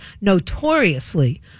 notoriously